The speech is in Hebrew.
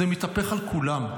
זה מתהפך על כולם.